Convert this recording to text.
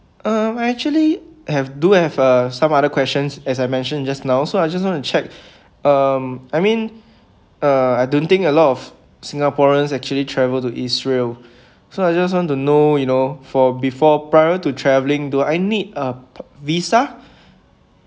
um actually have do have uh some other questions as I mentioned just now so I just want to check um I mean uh I don't think a lot of singaporeans actually travel to israel so I just want to know you know for before prior to travelling do I need a visa